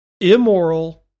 immoral